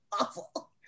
awful